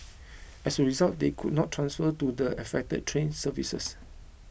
as a result they could not transfer to the affected train services